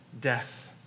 death